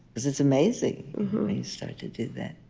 it's it's amazing start to do that.